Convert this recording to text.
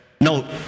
no